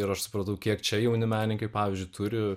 ir aš supratau kiek čia jauni menininkai pavyzdžiui turi